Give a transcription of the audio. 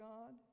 God